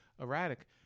erratic